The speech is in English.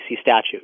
statute